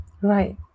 Right